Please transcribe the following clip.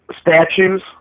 statues